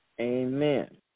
Amen